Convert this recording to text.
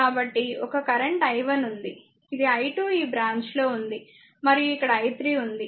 కాబట్టి ఒక current i1 ఉంది ఇది i2 ఈ బ్రాంచ్ లో ఉంది మరియు ఇక్కడ i 3 ఉంది